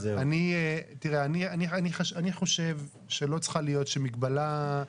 אז אני יכול לקבל את זה שלפחות,